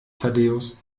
thaddäus